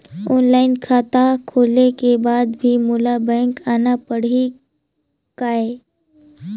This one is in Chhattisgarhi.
ऑनलाइन खाता खोले के बाद भी मोला बैंक आना पड़ही काय?